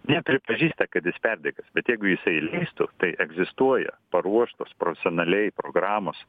nepripažįsta kad jis perdegęs bet jeigu jisai leistų tai egzistuojaparuoštos profesionaliai programos